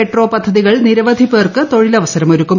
petro പദ്ധതികൾ നിരവധി പേർക്ക് തൊഴിലവസരം ഒരുക്കും